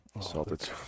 salted